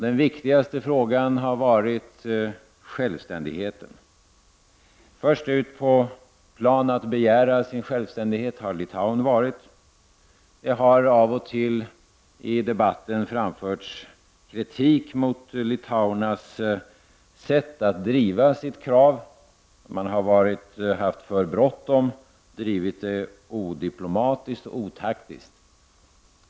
Den viktigaste frågan har varit självständigheten. Först ut på plan att begära sin självständighet har Litauen varit. Det har av och till i debatten framförts kritik mot litauernas sätt att driva sitt krav: man har haft för bråttom, drivit det odiplomatiskt och otaktiskt.